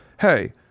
hey